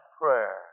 prayer